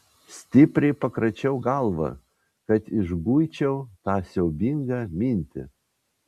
stipriai pakračiau galvą kad išguičiau tą siaubingą mintį